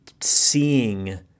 seeing